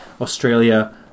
Australia